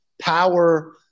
power